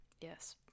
yes